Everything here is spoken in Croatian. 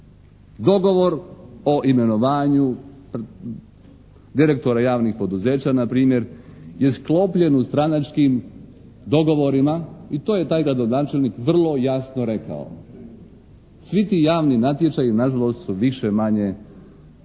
Dogovor o imenovanju direktora javnih poduzeća na primjer je sklopljen u stranačkim dogovorima i to je taj gradonačelnik vrlo jasno rekao. Svi ti javni natječaji nažalost su više-manje farsa